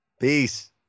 Peace